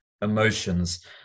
emotions